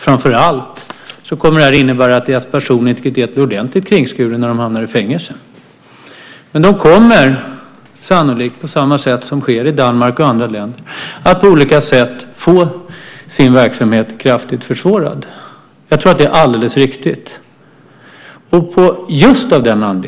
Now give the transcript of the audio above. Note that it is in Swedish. Framför allt kommer det att innebära att deras personliga integritet blir ordentligt kringskuren när de hamnar i fängelse. Men de kommer sannolikt, på samma sätt som sker i Danmark och andra länder, att på olika sätt få sin verksamhet kraftigt försvårad. Jag tror att det är alldeles riktigt.